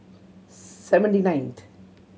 seventy ninth